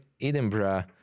Edinburgh